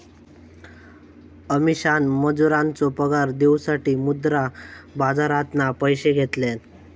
अमीषान मजुरांचो पगार देऊसाठी मुद्रा बाजारातना पैशे घेतल्यान